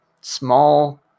small